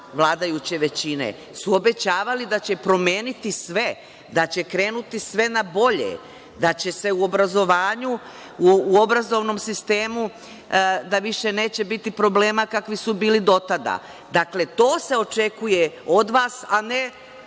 vladajuće većine, obećavali su da će promeniti sve, da će krenuti sve na bolje, da će se u obrazovnom sistemu, da više neće biti problema kakvi su bili do tada. Dakle, to se očekuje od vas, a ne